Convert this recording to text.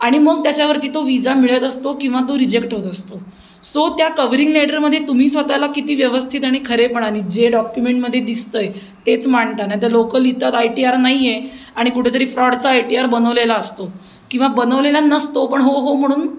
आणि मग त्याच्यावरती तो विजा मिळत असतो किंवा तो रिजेक्ट होत असतो सो त्या कवरिंग लेटरमध्ये तुम्ही स्वतःला किती व्यवस्थित आणि खरेपणाने जे डॉक्युमेंटमध्ये दिसतं आहे तेच मांडता नाहीतर लोकल इतर आय टी आर नाही आहे आणि कुठेतरी फ्रॉडचा आय टी आर बनवलेला असतो किंवा बनवलेला नसतो पण हो हो म्हणून